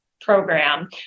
program